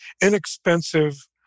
inexpensive